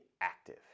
active